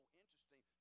interesting